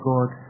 God